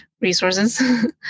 resources